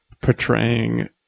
portraying